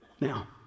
Now